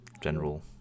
general